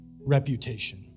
reputation